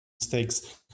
mistakes